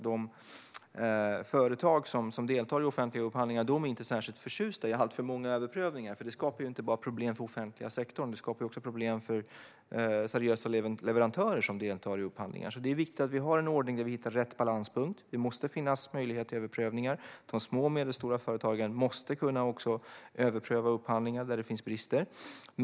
De företag som deltar i offentliga upphandlingar är inte särskilt förtjusta i alltför många överprövningar. Det skapar problem inte bara för offentliga sektorn. Det skapar också problem för seriösa leverantörer som deltar i upphandlingar. Det är viktigt att ha en ordning med rätt balanspunkt. Det måste finnas möjligheter till överprövningar. De små och medelstora företagen måste kunna begära överprövningar av upphandlingar där det finns brister.